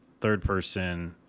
third-person